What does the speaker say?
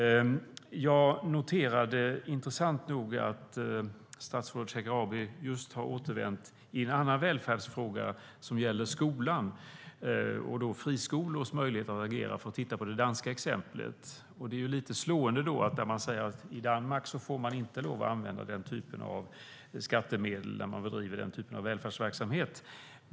Jag noterade att statsrådet Ardalan Shekarabi har återvänt från Danmark när det gäller en annan välfärdsfråga som gäller skolan, och då friskolors möjligheter att agera. I det danska exemplet är det lite slående att man i Danmark inte får använda sig av skattemedel när man bedriver den typen av välfärdsverksamhet.